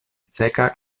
seka